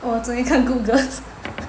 我昨天看 Good Girls